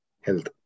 Health